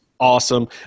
awesome